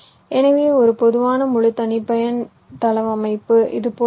எனவே ஒரு பொதுவான முழு தனிப்பயன் தளவமைப்பு இதுபோல் இருக்கும்